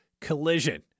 Collision